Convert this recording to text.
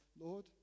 Lord